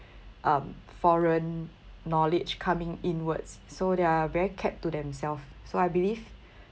um foreign knowledge coming inwards so they're very kept to themselves so I believe